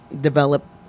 develop